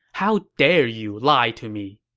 how dare you lie to me!